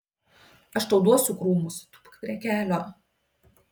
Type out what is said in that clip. aš tau duosiu krūmus tūpk prie kelio